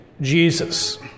Jesus